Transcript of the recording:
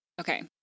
Okay